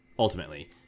Ultimately